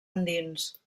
endins